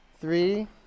three